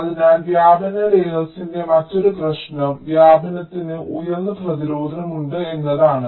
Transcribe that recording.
അതിനാൽ വ്യാപന ലേയേർസിന്റെ മറ്റൊരു പ്രശ്നം വ്യാപനത്തിന് ഉയർന്ന പ്രതിരോധം ഉണ്ട് എന്നതാണ്